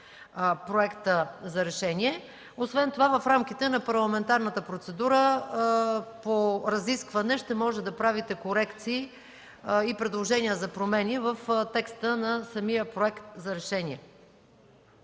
Проекта за решение. Освен това в рамките на парламентарната процедура по разискване ще можете да правите корекции и предложения за промени в текста на самия Проект за решение.